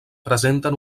presenten